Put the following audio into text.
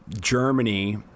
Germany